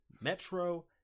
Metro